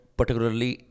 particularly